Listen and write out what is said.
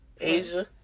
Asia